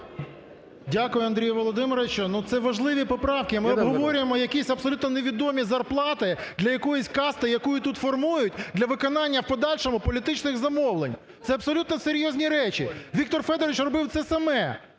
Дякую, Андрію Володимировичу. Це важливі поправки, ми обговорюємо якісь абсолютно невідомі зарплати для якоїсь касти, яку тут формують, для виконання в подальшому політичних замовлень. Це абсолютно серйозні речі. Віктор Федорович робив це саме.